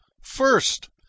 First